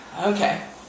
Okay